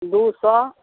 दू सओ